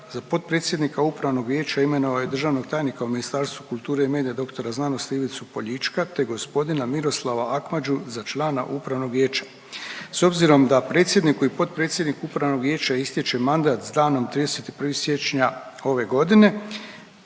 Za potpredsjednika Upravnog vijeća imenovao je državnog tajnika u Ministarstvu kulture i medija dr. znanosti Ivicu Poljička, te gospodina Miroslava Akmadžu za člana Upravnog vijeća. S obzirom da predsjedniku i potpredsjedniku Upravnog vijeća istječe mandat sa danom 31. siječnja ove godine